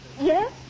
Yes